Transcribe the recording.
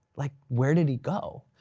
like where did he go?